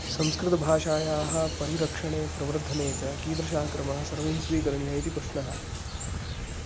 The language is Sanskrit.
संस्कृतभाषायाः परिरक्षणे प्रवर्धने च कीदृशः क्रमः सर्वैः स्वीकरणीयः इति प्रश्नः